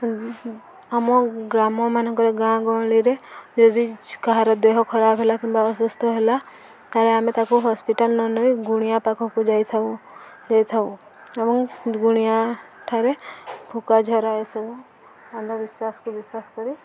ଆମ ଗ୍ରାମମାନଙ୍କରେ ଗାଁ ଗହଳିରେ ଯଦି କାହାର ଦେହ ଖରାପ ହେଲା କିମ୍ବା ଅସୁସ୍ଥ ହେଲା ତାହେଲେ ଆମେ ତାକୁ ହସ୍ପିଟାଲ ନ ନେଇ ଗୁଣିଆ ପାଖକୁ ଯାଇଥାଉ ଯାଇଥାଉ ଏବଂ ଗୁଣିଆଠାରେ ଫୁକା ଝରା ଏସବୁ ଅନ୍ଧବିଶ୍ୱାସକୁ ବିଶ୍ୱାସ କରି